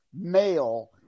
male